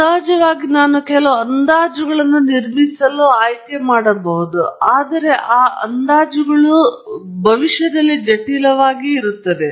ಸಹಜವಾಗಿ ನಾನು ಕೆಲವು ಅಂದಾಜುಗಳನ್ನು ನಿರ್ಮಿಸಲು ಆಯ್ಕೆ ಮಾಡಬಹುದು ಆದರೆ ಆ ಅಂದಾಜುಗಳು ಕೂಡಾ ಜಟಿಲವಾಗಿದೆ